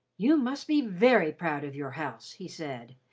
you must be very proud of your house, he said,